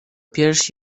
piersi